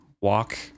walk